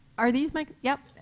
are these? like yep.